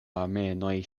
armenoj